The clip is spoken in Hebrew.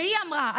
והיא אמרה,